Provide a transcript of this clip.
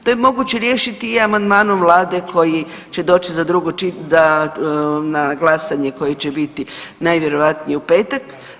To je moguće riješiti i amandmanom Vlade koji će doći na glasanje koji će biti najvjerojatnije u petak.